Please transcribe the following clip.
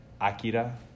Akira